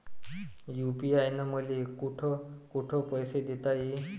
UPI न मले कोठ कोठ पैसे देता येईन?